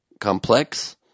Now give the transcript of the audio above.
complex